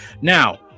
now